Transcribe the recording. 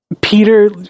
Peter